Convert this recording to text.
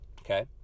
okay